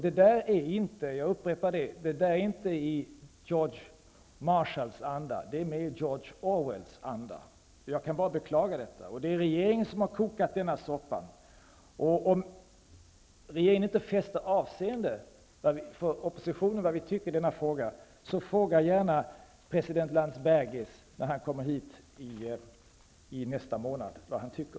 Det är inte -- jag upprepar -- i George Marshalls anda, det är mer i George Orwells anda. Jag kan bara beklaga det. Och det är regeringen som har kokat denna soppa. Om regeringen inte fäster avseende vid vad vi i oppositionen tycker om den här saken -- fråga då gärna president Landsbergis, när han kommer hit nästa månad, vad han tycker.